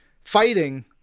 fighting